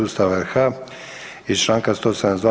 Ustava RH i članka 172.